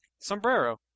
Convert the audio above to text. Sombrero